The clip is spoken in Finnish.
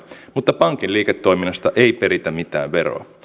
mutta pankin liiketoiminnasta ei peritä mitään veroa muun